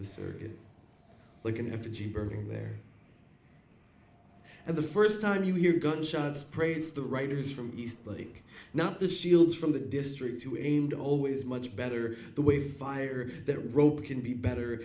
circus like an effigy burning there and the first time you hear gunshots praise the writers from eastlake not the shields from the district who ain't always much better the way fire that rope can be better